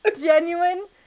Genuine